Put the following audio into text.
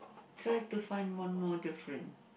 so I have to find one more different